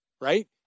right